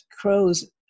crows